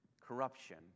corruption